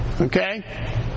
Okay